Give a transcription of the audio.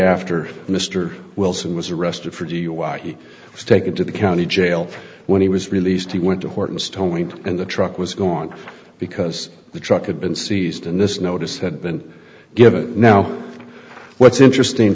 after mr wilson was arrested for dui he was taken to the county jail when he was released he went to horton's towing and the truck was gone because the truck had been seized and this notice had been given now what's interesting